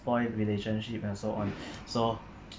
spoil relationship and so on so